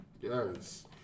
Yes